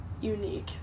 unique